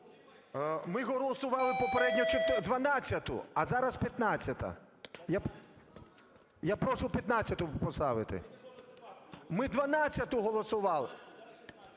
Ми голосували попередньо 12-у, а зараз 15-а. Я прошу 15-у поставити. Ми 12-у голосували.